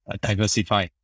diversify